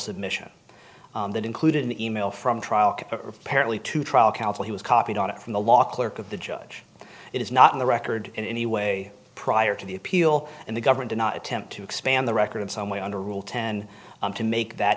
submission that included an e mail from trial apparently to trial counsel he was copied on it from the law clerk of the judge it is not in the record in any way prior to the appeal and the government do not attempt to expand the record in some way under rule ten to make that